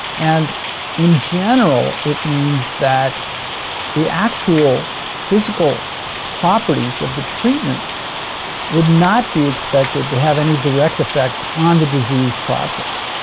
and in general, it means that the actual physical properties of the treatment would not be expected to have any direct effect on the disease process.